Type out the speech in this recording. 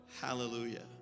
Hallelujah